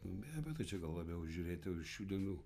be abejo tai čia gal labiau žiūrėti šių dienų